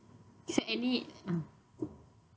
so any uh